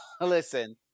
Listen